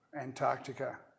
Antarctica